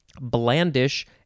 blandish